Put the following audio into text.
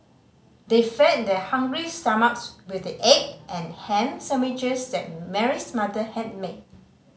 they fed their hungry stomachs with the egg and ham sandwiches that Mary's mother had made